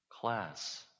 class